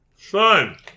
Son